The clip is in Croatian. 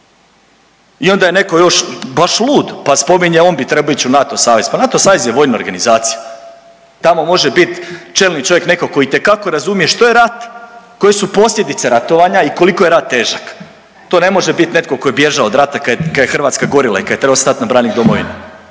I onda je netko još baš lud pa spominje, on bi trebao ići u NATO savez, pa NATO savez je vojna organizacija. Tamo može bit čelni čovjek netko tko itekako razumije što je rat, koje su posljedice ratovanja i koliko je rat težak. To ne može bit netko tko je bježao od rata kad je Hrvatska gorila i kad je trebao stati na branik domovine.